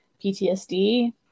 PTSD